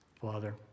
Father